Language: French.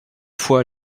fois